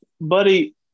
Buddy